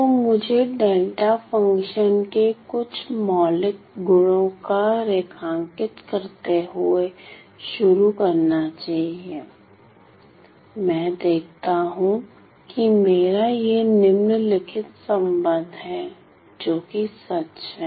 तो मुझे delta function के कुछ मौलिक गुणों को रेखांकित करते हुए शुरू करना चाहिए मैं देखता हूं कि मेरा यह निम्नलिखित संबंध है जोकि सच है